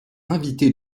inviter